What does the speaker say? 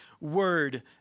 word